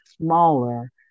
smaller